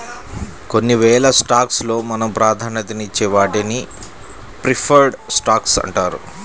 కొన్ని వేల స్టాక్స్ లో మనం ప్రాధాన్యతనిచ్చే వాటిని ప్రిఫర్డ్ స్టాక్స్ అంటారు